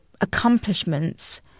accomplishments